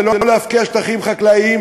זה לא להפקיע שטחים חקלאיים,